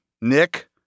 Nick